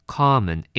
common